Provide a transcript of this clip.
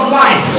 life